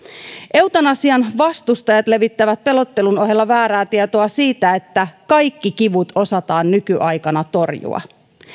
eutanasian vastustajat levittävät pelottelun ohella väärää tietoa siitä että kaikki kivut osataan nykyaikana torjua